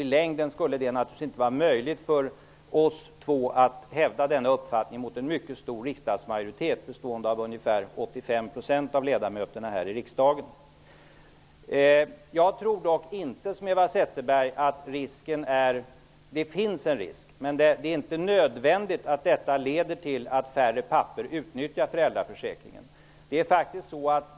I längden skulle det naturligtvis inte var möjligt för oss två att hävda denna uppfattning mot en mycket stor riksdagsmajoritet på ungefär 85 %. Det finns en risk i detta. Men jag tror inte som Eva Zetterberg att det med nödvändighet leder till att färre pappor utnyttjar föräldraförsäkringen.